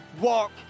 walk